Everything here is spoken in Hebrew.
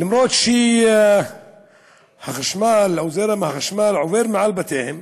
למרות שהחשמל או זרם החשמל עובר מעל בתיהם,